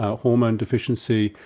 ah hormone deficiency,